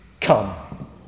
Come